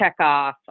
checkoff